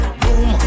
boom